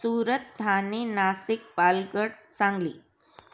Surat Thane Nashik Palghar Sangli